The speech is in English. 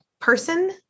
person